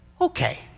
Okay